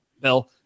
Bill